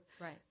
Right